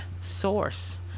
source